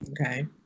Okay